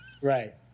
Right